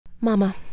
Mama